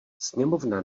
sněmovna